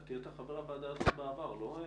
לדעתי היית חבר הוועדה הזאת בעבר, לא?